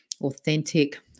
authentic